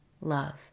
love